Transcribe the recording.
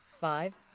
Five